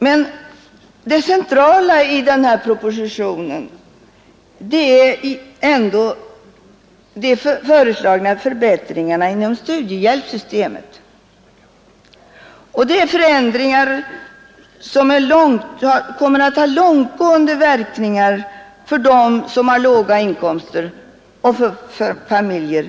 Men det centrala i denna proposition är ändå de föreslagna förbättringarna inom studiehjälpssystemet. Dessa förändringar kommer att ha långtgående verkningar för låginkomsttagare och barnfamiljer.